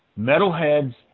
Metalheads